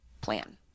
plan